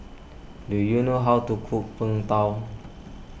do you know how to cook Png Tao